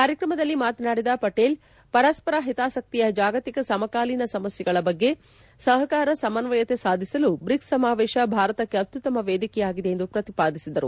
ಕಾರ್ಯಕ್ರಮದಲ್ಲಿ ಮಾತನಾಡಿದ ಪಟೇಲ್ ಪರಸ್ವರ ಹಿತಾಸಕ್ತಿಯ ಜಾಗತಿಕ ಸಮಕಾಲೀನ ಸಮಸ್ವೆಗಳ ಬಗ್ಗೆ ಸಹಕಾರ ಸಮನ್ವಯತೆ ಸಾಧಿಸಲು ಬ್ರಿಕ್ಲ್ ಸಮಾವೇಶ ಭಾರತಕ್ಕೆ ಅತ್ತುತ್ತಮ ವೇದಿಕೆಯಾಗಿದೆ ಎಂದು ಪ್ರತಿಪಾದಿಸಿದರು